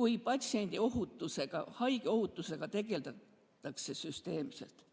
kui patsiendiohutusega, haigeohutusega tegeldaks süsteemselt.